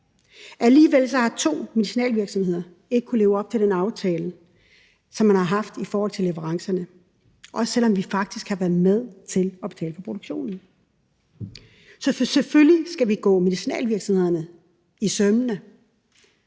Alligevel har to medicinalvirksomheder ikke kunnet leve op til den aftale, som man har haft i forhold til leverancerne, også selv om vi faktisk har været med til at betale for produktionen. Så selvfølgelig skal vi gå medicinalvirksomhederne efter